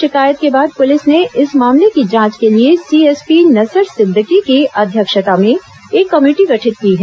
शिकायत के बाद पुलिस ने इस मामले की जांच के लिए सीएसपी नसर सिद्दीकी की अध्यक्षता में एक कमेटी गठित की है